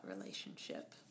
relationship